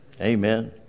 amen